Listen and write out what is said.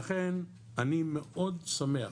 לכן אני מאוד שמח